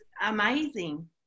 amazing